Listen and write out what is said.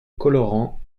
colorant